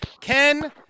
Ken